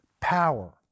power